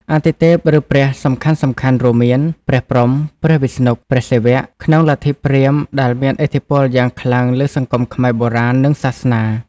អាទិទេព ឬ ព្រះ សំខាន់ៗរួមមាន ព្រះព្រហ្ម ព្រះវិស្ណុ ព្រះសិវៈ ក្នុងលទ្ធិព្រាហ្មណ៍ដែលមានឥទ្ធិពលយ៉ាងខ្លាំងលើសង្គមខ្មែរបុរាណ និងសាសនា។